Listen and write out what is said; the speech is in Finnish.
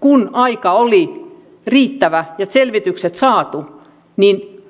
kun aika oli riittävä ja selvitykset saatu